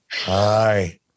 Hi